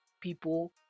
people